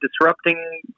disrupting